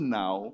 now